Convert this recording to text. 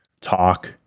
talk